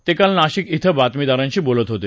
ते काल नाशिक इथं बातमीदारांशी बोलत होते